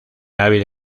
hábil